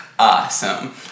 awesome